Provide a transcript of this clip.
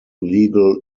legal